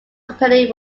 company